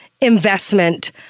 investment